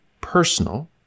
personal